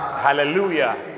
hallelujah